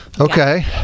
Okay